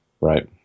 Right